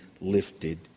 lifted